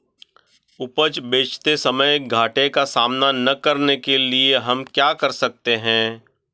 उपज बेचते समय घाटे का सामना न करने के लिए हम क्या कर सकते हैं?